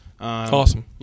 Awesome